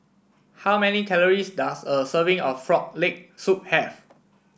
how many calories does a serving of Frog Leg Soup have